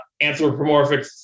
anthropomorphic